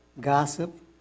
gossip